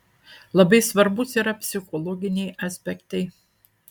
labai svarbūs yra psichologiniai aspektai